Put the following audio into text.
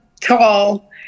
tall